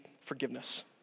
forgiveness